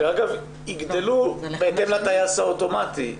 שאגב יגדלו בהתאם לטייס האוטומטי,